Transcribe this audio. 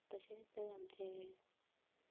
तशेंच आमचे